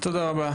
תודה רבה.